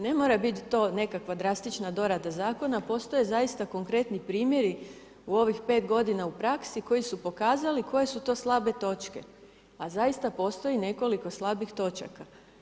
Ne mora biti to nekakva drastična dorada zakona, postoje zaista konkretni primjeri u ovim 5 godina u praksi koji su pokazali koje su to slabe točke a zaista postoj nekoliko slabih točaka.